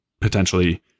potentially